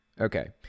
Okay